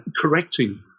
correcting